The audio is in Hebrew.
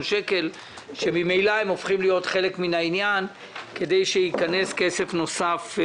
שקל שממילא הופכים להיות חלק מן העניין כדי שייכנס כסף נוסף.